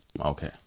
okay